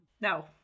No